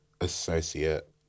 associate